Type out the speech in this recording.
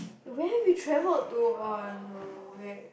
where have we travel to oh no wait